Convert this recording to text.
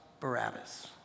Barabbas